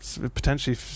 Potentially